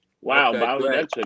Wow